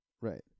Right